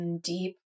deep